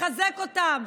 לחזק אותן.